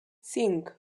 cinc